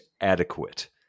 adequate